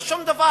זה שום דבר.